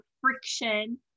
friction